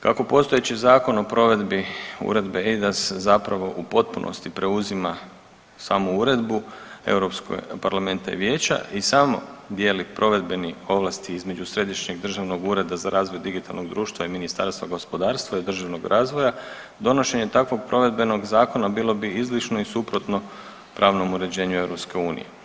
Kako postojeći Zakon o provedbi Uredbe EIDAS zapravo u potpunosti preuzima samu Uredbu Europskog parlamenta i vijeće i samo dijeli provedbeni ovlasti između Središnjeg državnog ureda za razvoj digitalnog društva i Ministarstva gospodarstva i održivog razvoja, donošenje takvom provedbenog zakona bilo bi izlišno i suprotno pravnom uređenju EU.